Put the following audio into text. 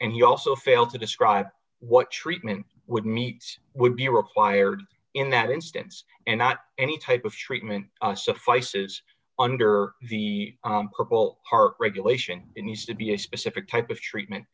and he also failed to describe what treatment would meet would be required in that instance and not any type of treatment suffices under the purple heart regulation needs to be a specific type of treatment